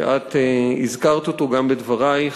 שאת הזכרת אותו גם בדברייך.